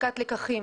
הפקת לקחים.